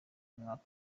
umwaka